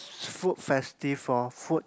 food festive lor food